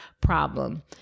problem